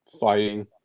fighting